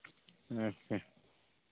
ᱟᱪᱪᱷᱟ